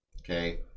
Okay